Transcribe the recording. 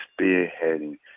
spearheading